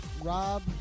Rob